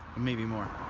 maybe more.